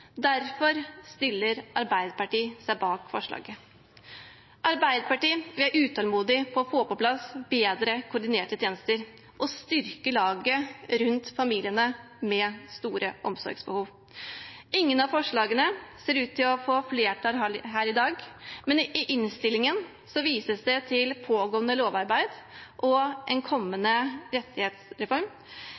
Derfor stiller Arbeiderpartiet seg bak forslaget. Arbeiderpartiet er utålmodig etter å få på plass bedre koordinerte tjenester og å styrke laget rundt familiene med store omsorgsbehov. Ingen av forslagene ser ut til å få flertall her i dag, men i innstillingen vises det til pågående lovarbeid og en kommende rettighetsreform.